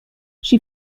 she